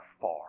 far